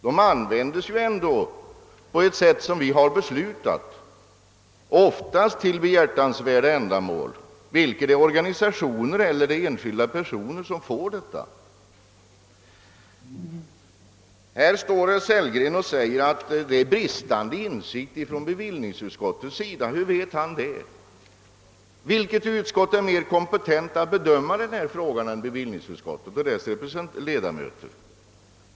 De används ju till sådant som vi har beslutat om, ofta till behjärtansvärda ändamål, antingen det är organisationer eller enskilda personer som får pengarna. Herr Sellgren sade att bevillningsutskottet har bristande insikt i detta ämne. Vilket utskott är mer kompetent än bevillningsutskottet att bedöma denna fråga?